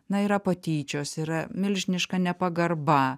na yra patyčios yra milžiniška nepagarba